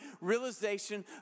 realization